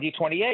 2028